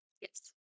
Yes